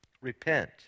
repent